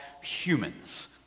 humans